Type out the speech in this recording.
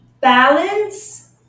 balance